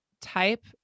type